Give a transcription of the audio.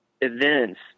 events